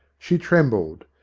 she trembled.